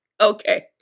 Okay